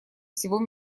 всего